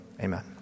Amen